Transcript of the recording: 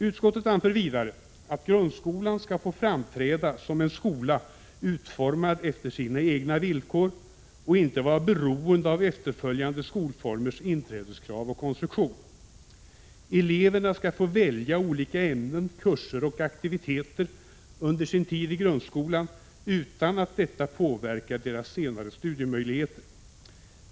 Utskottet anför vidare att grundskolan skall få framträda som en skola utformad efter sina egna villkor och inte vara beroende av efterföljande skolformers inträdeskrav och konstruktion. Eleverna skall få välja olika ämnen, kurser och aktiviteter under sin tid i grundskolan utan att detta påverkar deras senare studiemöjligheter.